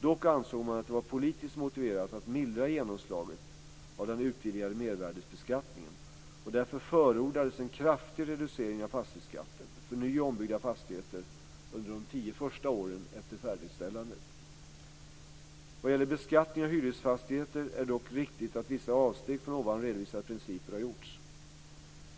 Dock ansåg man att det var politiskt motiverat att mildra genomslaget av den utvidgade mervärdesbeskattningen, och därför förordades en kraftig reducering av fastighetsskatten för ny och ombyggda fastigheter under de första tio åren efter färdigställandet. Vad gäller beskattningen av hyresfastigheter är det dock riktigt att vissa avsteg från ovan redovisade principer har gjorts.